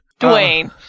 Dwayne